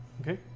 Okay